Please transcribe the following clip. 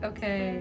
Okay